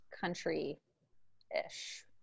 country-ish